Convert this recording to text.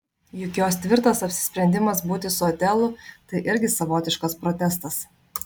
juk jos tvirtas apsisprendimas būti su otelu tai irgi savotiškas protestas